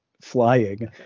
flying